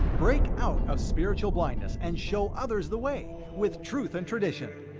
break out of spiritual blindness, and show others the way with truth and tradition.